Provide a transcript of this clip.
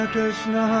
Krishna